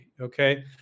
okay